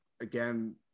again